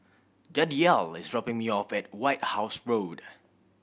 Jadiel is dropping me off at White House Road